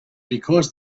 because